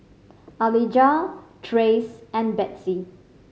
Alijah Trace and Betsey